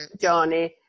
johnny